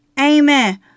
Amen